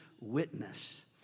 witness